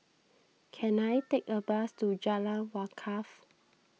can I take a bus to Jalan Wakaff